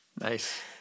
Nice